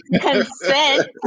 Consent